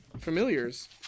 familiars